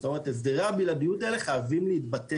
זאת אומרת, הסדרי הבלעדיות האלה חייבים להתבטל,